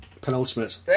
penultimate